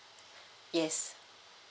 yes